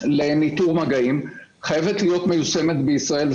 לניטור מגעים חייבת להיות מיושמת בישראל,